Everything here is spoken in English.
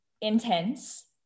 intense